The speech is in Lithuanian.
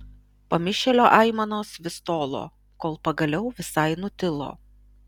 pamišėlio aimanos vis tolo kol pagaliau visai nutilo